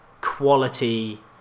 quality